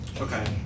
Okay